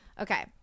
okay